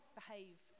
behave